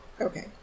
Okay